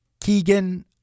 Keegan